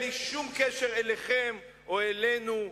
בלי שום קשר אליכם או אלינו,